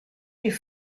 die